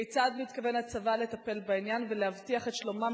כיצד מתכוון הצבא לטפל בעניין ולהבטיח את שלומם